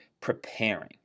preparing